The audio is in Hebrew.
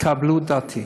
קבלו את דעתי.